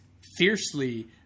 fiercely